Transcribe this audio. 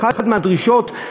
באחת הדרישות,